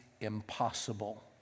impossible